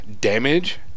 Damage